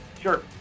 Sure